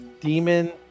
Demon